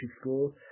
school